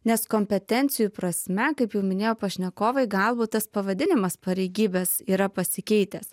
nes kompetencijų prasme kaip jau minėjo pašnekovai galbūt tas pavadinimas pareigybės yra pasikeitęs